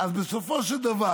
בסופו של דבר,